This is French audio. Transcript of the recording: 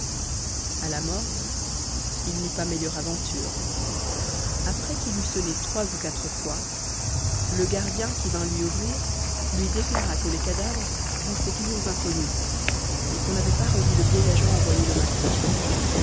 à la morgue il n'eut pas meilleure aventure après qu'il eut sonné trois ou quatre fois le gardien qui vint lui ouvrir lui déclara que les cadavres restaient toujours inconnus et qu'on n'avait pas revu le vieil agent envoyé le matin